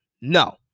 No